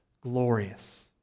glorious